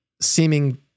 seeming